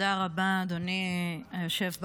תודה רבה, אדוני היושב בראש.